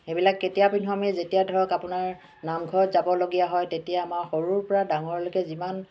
সেইবিলাক কেতিয়া পিন্ধো আমি যেতিয়া ধৰক আপোনাৰ নামঘৰত যাবলগীয়া হয় তেতিয়া আমাৰ সৰুৰ পৰা ডাঙৰলৈকে যিমান